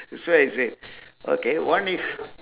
that's why I say okay one is